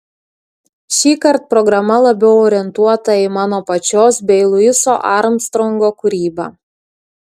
šįkart programa labiau orientuota į mano pačios bei luiso armstrongo kūrybą